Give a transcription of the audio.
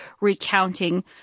recounting